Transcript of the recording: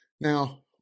Now